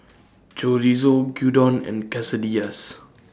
Chorizo Gyudon and Quesadillas